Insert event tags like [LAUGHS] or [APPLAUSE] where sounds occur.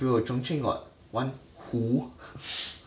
true ah chung cheng got one 湖 [LAUGHS]